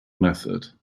method